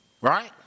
Right